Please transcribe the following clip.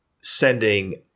sending